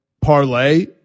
parlay